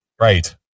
right